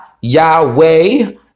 Yahweh